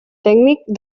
tècnic